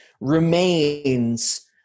Remains